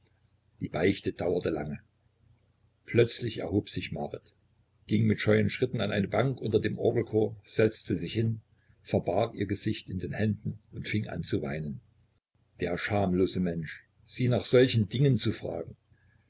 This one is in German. die beichte dauerte lange plötzlich erhob sich marit ging mit scheuen schritten an eine bank unter dem orgelchor setzte sich hin verbarg ihr gesicht in den händen und fing zu weinen an der schamlose mensch sie nach solchen dingen zu fragen